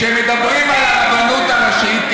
כשמדברים על הרבנות הראשית,